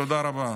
תודה רבה.